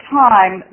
time